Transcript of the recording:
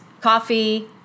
coffee